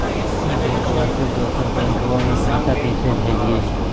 ई बैंकबा से दोसर बैंकबा में पैसा कैसे भेजिए?